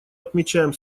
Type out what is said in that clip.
отмечаем